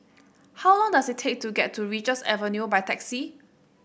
how long does it take to get to Richards Avenue by taxi